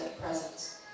presence